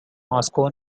moscow